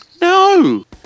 no